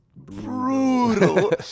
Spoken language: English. brutal